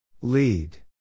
Lead